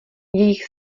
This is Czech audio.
jejich